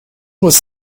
was